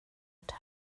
ett